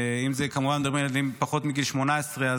ואם כמובן מדברים על ילדים פחות מגיל 18,